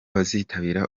bazitabira